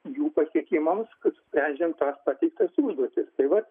jų pasiekimams kad sprendžiant pateiktas užduotis tai vat